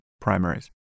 primaries